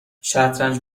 شطرنج